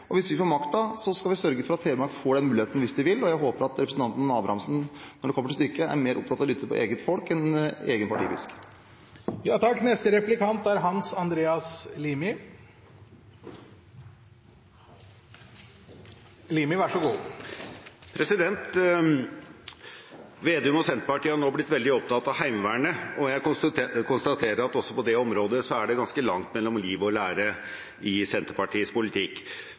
og hvis vi får makten, skal vi sørge for at Telemark får den muligheten hvis de vil. Jeg håper at representanten Sundbø Abrahamsen når det kommer til stykket, er mer opptatt av å lytte på eget folk enn å lyde egen partipisk. Slagsvold Vedum og Senterpartiet har nå blitt veldig opptatt av Heimevernet, og jeg konstaterer at også på det området er det ganske langt mellom liv og lære i Senterpartiets politikk.